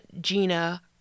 Gina